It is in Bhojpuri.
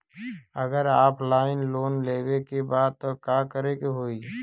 अगर ऑफलाइन लोन लेवे के बा त का करे के होयी?